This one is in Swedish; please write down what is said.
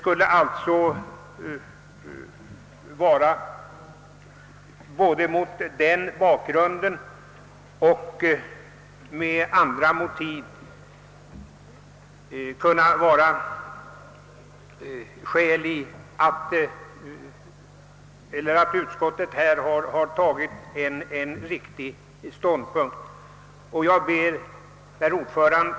Såväl på grund härav som av andra skäl måste man anse att utskottet har intagit en riktig ståndpunkt. Herr talman!